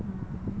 mm